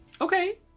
Okay